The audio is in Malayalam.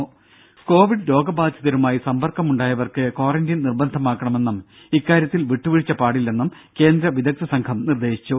ദേദ കോവിഡ് രോഗബാധിതരുമായി സമ്പർക്കമുണ്ടായവർക്ക് ക്വാറന്റീൻ നിർബന്ധമാക്കണമെന്നും ഇക്കാര്യത്തിൽ വിട്ടുവീഴ്ച പാടില്ലെന്നും കേന്ദ്ര വിദഗ്ദ്ധ സംഘം നിർദ്ദേശിച്ചു